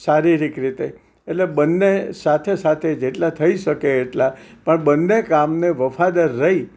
શારીરિક રીતે એટલે બંને સાથે સાથે જેટલા થઈ શકે એટલા પણ બંને કામને વફાદાર રહી